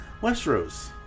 Westeros